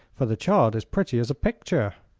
for the child is pretty as a picture.